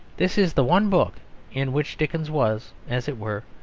this is the one book in which dickens was, as it were,